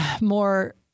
more